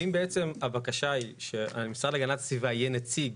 ואם בעצם הבקשה היא שלמשרד להגנת הסביבה יהיה נציג